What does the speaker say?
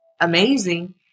amazing